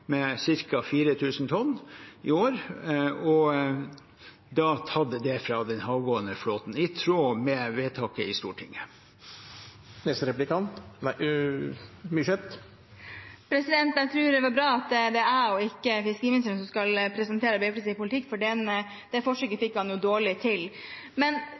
med ca. 4 000 tonn i år og tatt det fra den havgående flåten, i tråd med vedtaket i Stortinget. Jeg tror det er bra at det er jeg og ikke fiskeriministeren som skal presentere Arbeiderpartiets politikk, for det forsøket fikk han dårlig til. Men